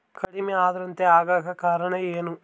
ಕಡಿಮೆ ಆಂದ್ರತೆ ಆಗಕ ಕಾರಣ ಏನು?